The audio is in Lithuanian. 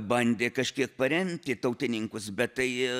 bandė kažkiek paremti tautininkus bet tai